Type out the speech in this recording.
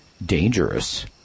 dangerous